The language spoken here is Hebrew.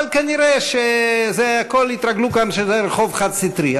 אבל כנראה הכול התרגלו כאן שזה רחוב חד-סטרי.